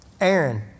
Aaron